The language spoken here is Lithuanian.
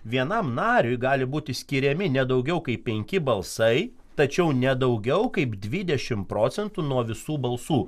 vienam nariui gali būti skiriami ne daugiau kaip penki balsai tačiau ne daugiau kaip dvidešimt procentų nuo visų balsų